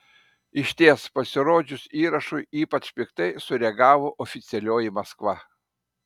išties pasirodžius įrašui ypač piktai sureagavo oficialioji maskva